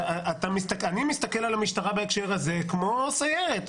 אני מסתכל על המשטרה בהקשר הזה כמו סיירת.